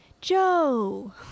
joe